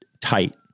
tight